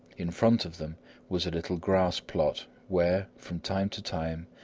in front of them was a little grass-plot where, from time to time,